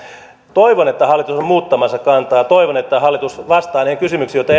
toivon että hallitus on muuttamassa kantaa toivon että hallitus vastaa näihin kysymyksiin joita